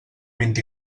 vint